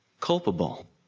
culpable